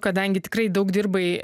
kadangi tikrai daug dirbai